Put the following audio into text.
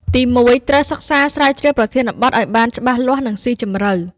ទីមួយ ត្រូវសិក្សាស្រាវជ្រាវប្រធានបទឱ្យបានច្បាស់លាស់ និងស៊ីជម្រៅ។